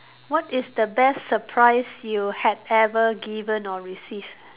what is the best surprise you had ever given or receive